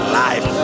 life